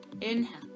Inhale